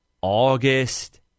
August